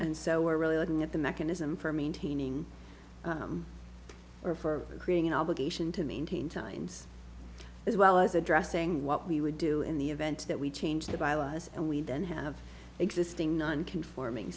and so we're really looking at the mechanism for maintaining or for creating an obligation to maintain tines as well as addressing what we would do in the event that we changed by allies and we then have existing non conforming